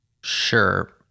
Sure